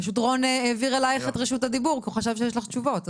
רון העביר לך את רשות הדיבור כי הוא חשב שיש לך תשובות,